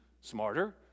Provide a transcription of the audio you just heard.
smarter